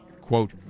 quote